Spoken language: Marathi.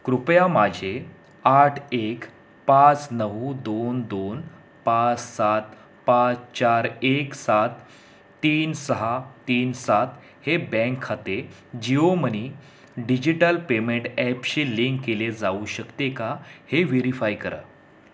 कृपया माझे आठ एक पाच नऊ दोन दोन पाच सात पाच चार एक सात तीन सहा तीन सात हे बँक खाते जिओ मनी डिजिटल पेमेंट ॲपशी लिंक केले जाऊ शकते का हे व्हेरीफाय करा